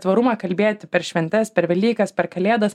tvarumą kalbėti per šventes per velykas per kalėdas